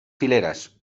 fileres